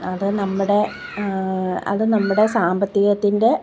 അതു നമ്മുടെ അത് നമ്മുടെ സാമ്പത്തികത്തിൻ്റെ